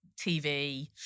TV